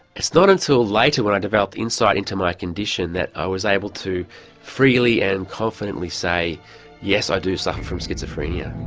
it's not until later when i developed insight into my condition that i was able to freely and confidently say yes, i do suffer from schizophrenia.